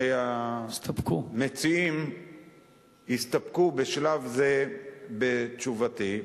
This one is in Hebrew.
שהמציעים יסתפקו בשלב זה בתשובתי,